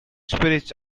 spirits